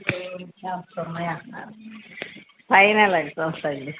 final exams అండి